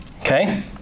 Okay